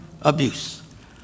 abuse